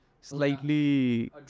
slightly